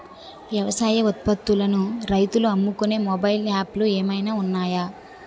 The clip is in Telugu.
వ్యవసాయ ఉత్పత్తులను రైతులు అమ్ముకునే మొబైల్ యాప్ లు ఏమైనా ఉన్నాయా?